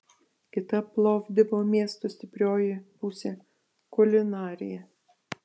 kita plovdivo miesto stiprioji pusė kulinarija